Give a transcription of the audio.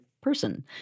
person